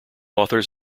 authors